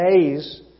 days